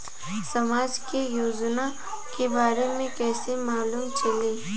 समाज के योजना के बारे में कैसे मालूम चली?